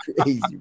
crazy